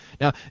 Now